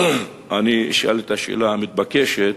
אני אשאל את השאלה המתבקשת: